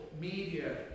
media